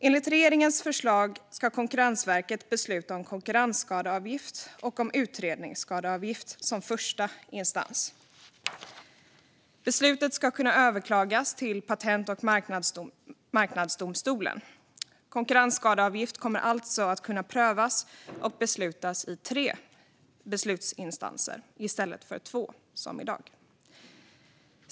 Enligt regeringens förslag ska Konkurrensverket besluta om konkurrensskadeavgift och om utredningsskadeavgift som första instans. Beslutet ska kunna överklagas till Patent och marknadsdomstolen. Konkurrensskadeavgift kommer alltså att kunna prövas och beslutas i tre beslutsinstanser i stället för två som i dag.